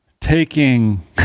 taking